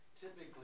typically